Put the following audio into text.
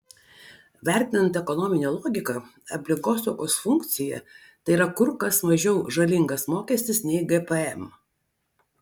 vertinant ekonominę logiką aplinkosaugos funkciją tai yra kur kas mažiau žalingas mokestis nei gpm